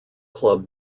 club